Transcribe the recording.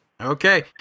Okay